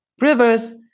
rivers